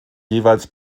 jeweils